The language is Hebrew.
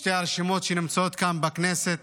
שתי הרשימות שנמצאות כאן בכנסת,